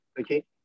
Okay